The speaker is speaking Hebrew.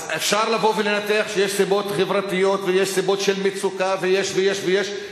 אפשר לבוא ולנתח שיש סיבות חברתיות ויש סיבות של מצוקה ויש ויש ויש.